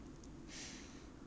then 租房间